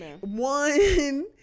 one